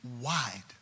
wide